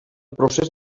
procés